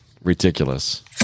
ridiculous